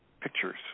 pictures